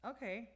Okay